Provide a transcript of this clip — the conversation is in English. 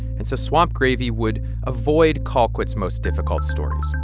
and so swamp gravy would avoid colquitt's most difficult stories.